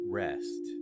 rest